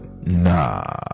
nah